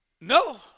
No